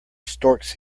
storks